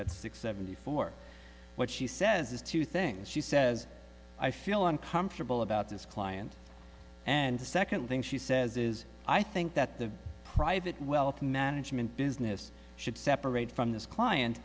appendix at six seventy four what she says is two things she says i feel uncomfortable about this client and the second thing she says is i think that the private wealth management business should separate from this client